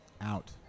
out